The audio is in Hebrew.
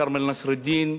כרמל נסראלדין,